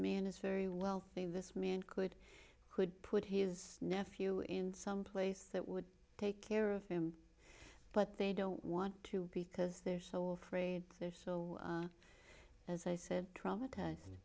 man is very wealthy this man could could put his nephew in some place that would take care of him but they don't want to because they're so afraid they're so as i said traumatized